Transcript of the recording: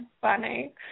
funny